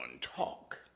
talk